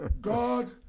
God